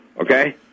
Okay